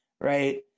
right